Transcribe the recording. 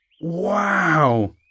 wow